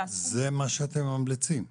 זה מה שאתם ממליצים?